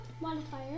modifier